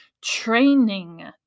training